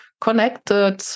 connected